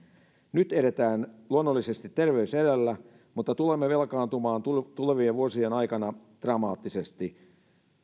nyt eletään luonnollisesti terveys edellä mutta tulemme velkaantumaan tulevien vuosien aikana dramaattisesti